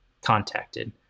contacted